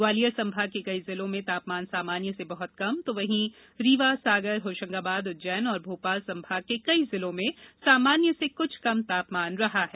ग्वालियर संभाग के कई जिलों में तापमान सामान्य से बहुत कम तो वहीं रीवा सागर होशंगाबाद उज्जैन और भोपाल संभाग के कई जिलों में सामान्य से कुछ कम तापमान रहा है